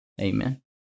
Amen